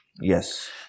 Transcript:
Yes